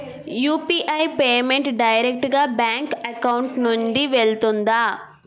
UPI payment direct గా bank account నుంచి వెళ్తుందా?